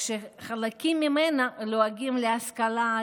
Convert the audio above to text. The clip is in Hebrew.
כשחלקים ממנה לועגים להשכלה,